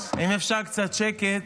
אם אפשר קצת שקט,